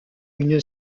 une